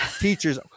teachers